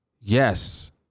Yes